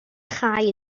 chau